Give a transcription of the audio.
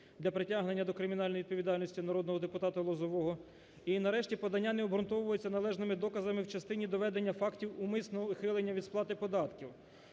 для притягнення до кримінальної відповідальності народного депутата Лозового. І нарешті, подання не обґрунтовується належними доказами в частині доведення фактів умисного ухилення від сплати податків.